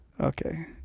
okay